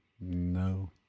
No